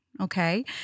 okay